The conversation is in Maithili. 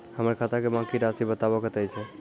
हमर खाता के बाँकी के रासि बताबो कतेय छै?